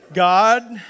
God